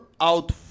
out